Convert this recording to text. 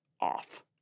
off